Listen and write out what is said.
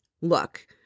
look